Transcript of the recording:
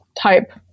type